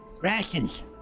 Rations